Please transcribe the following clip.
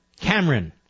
Cameron